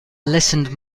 listened